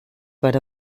per